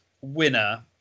winner